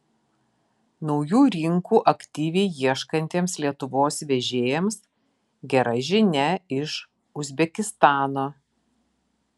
naujų rinkų aktyviai ieškantiems lietuvos vežėjams gera žinia iš uzbekistano